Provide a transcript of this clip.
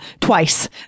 twice